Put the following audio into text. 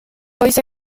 goiz